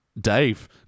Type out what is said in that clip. Dave